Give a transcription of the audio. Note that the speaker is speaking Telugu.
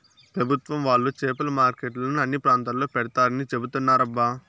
పెభుత్వం వాళ్ళు చేపల మార్కెట్లను అన్ని ప్రాంతాల్లో పెడతారని చెబుతున్నారబ్బా